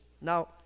Now